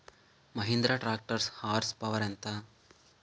Mahindra tractor horse power ఎంత?